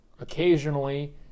occasionally